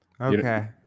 okay